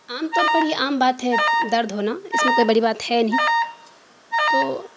عام طور پر یہ عام بات ہے درد ہونا اس میں کوئی بڑی بات ہے نہیں تو